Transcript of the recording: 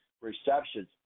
receptions